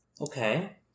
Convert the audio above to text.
Okay